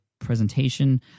presentation